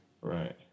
Right